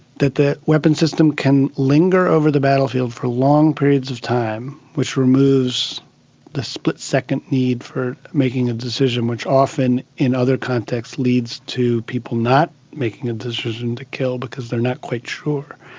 that the weapons system can linger over the battlefield for long periods of time, which removes the split-second need for making a decision which often in other contexts leads to people not making a decision to kill because they are not quite sure,